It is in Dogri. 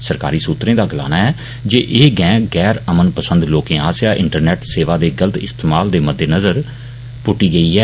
सरकारी सुत्रे दा गलाना ऐ जे एह गैह गैर अमन पसंद लोके आस्सैआ इंटरनेट सेवा दे गलत इस्तेमाल दे मद्देनजर पुट्टी गेई ऐ